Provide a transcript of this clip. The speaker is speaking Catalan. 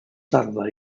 tarda